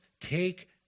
take